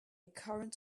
current